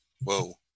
Whoa